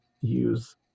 use